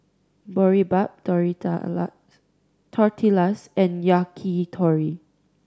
Boribap Tortillas and Yakitori